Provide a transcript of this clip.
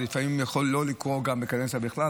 ולפעמים זה יכול לא לקרות בקדנציה בכלל.